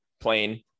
plain